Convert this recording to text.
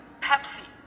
Pepsi